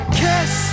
kiss